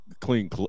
clean